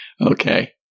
Okay